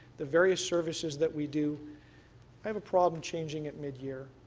the various services that we do, i have a problem changing it mid-year.